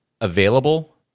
available